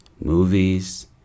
movies